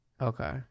Okay